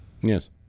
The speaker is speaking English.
Yes